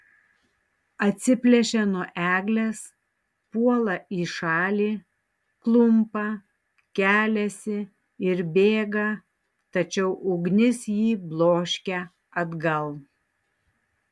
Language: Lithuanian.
atsiplėšia nuo eglės puola į šalį klumpa keliasi ir bėga tačiau ugnis jį bloškia atgal